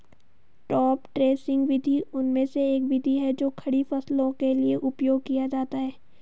top dressing विधि उनमें से एक विधि है जो खड़ी फसलों के लिए उपयोग किया जाता है